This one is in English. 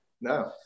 no